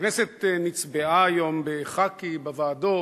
הכנסת נצבעה היום בחאקי בוועדות,